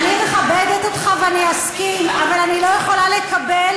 אני מכבדת אותך ואני אסכים, אבל אני לא יכולה לקבל